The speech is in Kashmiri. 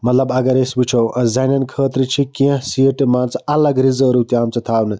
مطلب اَگر أسۍ وُچھو ٲں زَنیٚن خٲطرٕ چھِ کیٚنٛہہ سیٖٹہٕ مان ژٕ اَلَگ رِیزٲرٕو تہِ آمژٕ تھاونہٕ